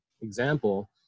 example